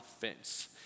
fence